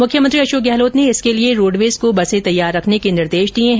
मुख्यमंत्री अशोक गहलोत ने इसके लिए रोडवेज को बसे तैयार रखने के निर्देश दिए है